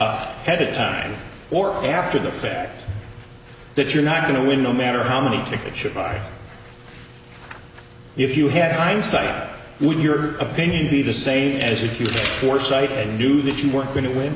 ahead of time or after the fact that you're not going to win no matter how many tickets if you had hindsight would your opinion be the same as if you had foresight and knew that you weren't going to win